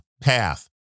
path